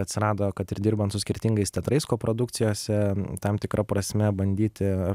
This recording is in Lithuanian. atsirado kad ir dirbant su skirtingais teatrais koprodukcijose tam tikra prasme bandyti